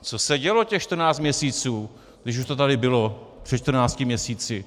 Co se dělo těch čtrnáct měsíců, když už to tady bylo před čtrnácti měsíci?